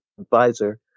advisor